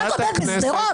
אתה גדל בשדרות?